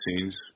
scenes